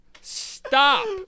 Stop